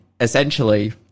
essentially